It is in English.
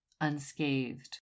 unscathed